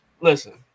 Listen